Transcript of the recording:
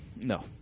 No